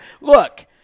Look